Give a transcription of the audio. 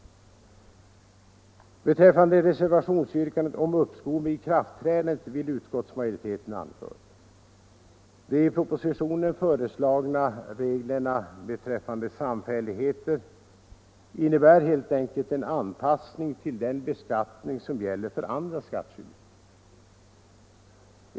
Beträffande reservationsyrkandet om uppskov med ikraftträdandet vill utskottsmajoriteten anföra följande. De i propositionen föreslagna reglerna beträffande samfälligheter innebär helt enkelt en anpassning till den beskattning som gäller för andra skattskyldiga.